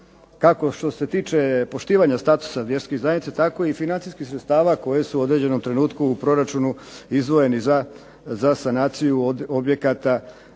kako što se tiče poštivanja statusa vjerskih zajednica, tako i financijskih sredstava koje su u određenom trenutku u proračunu izdvojeni za sanaciju objekata,